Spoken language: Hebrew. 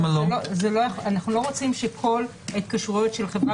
אנחנו לא רוצים שכל ההתקשרויות של חברה